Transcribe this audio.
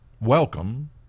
Welcome